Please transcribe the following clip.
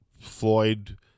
Floyd